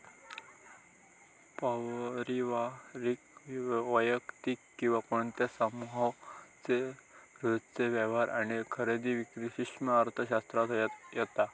पारिवारिक, वैयक्तिक किंवा कोणत्या समुहाचे रोजचे व्यवहार आणि खरेदी विक्री सूक्ष्म अर्थशास्त्रात येता